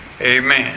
Amen